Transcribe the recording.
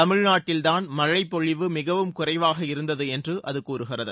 தமிழ்நாட்டில்தான் மழைப்பொழிவு மிகவும் குறைவாக இருந்தது என்று அது கூறுகிறது